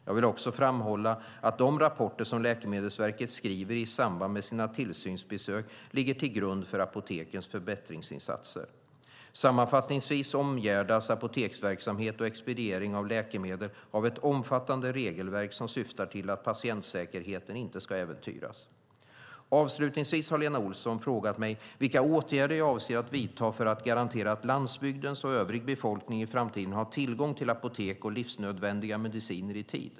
Jag vill också framhålla att de rapporter som Läkemedelsverket skriver i samband med sina tillsynsbesök ligger till grund för apotekens förbättringsinsatser. Sammanfattningsvis omgärdas apoteksverksamhet och expediering av läkemedel av ett omfattande regelverk som syftar till att patientsäkerheten inte ska äventyras. Avslutningsvis har Lena Olsson frågat mig vilka åtgärder jag avser att vidta för att garantera att landsbygdens och övrig befolkning i framtiden har tillgång till apotek och livsnödvändiga mediciner i tid.